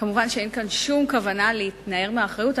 כמובן, אין כאן שום כוונה להתנער מאחריות.